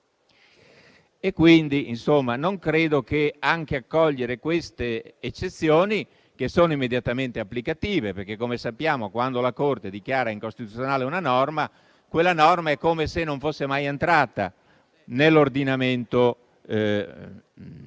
Quindi, fermo restando l'accoglimento di queste eccezioni, che sono immediatamente applicative (perché, come sappiamo, quando la Corte dichiara incostituzionale una norma, quella norma è come se non fosse mai entrata nell'ordinamento giuridico),